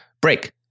break